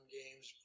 games